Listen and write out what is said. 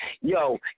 Yo